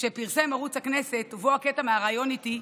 שפרסם ערוץ הכנסת ובו הקטע מהריאיון איתי,